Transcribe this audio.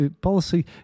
policy